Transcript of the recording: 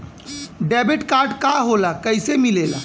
Debit card का होला कैसे मिलेला?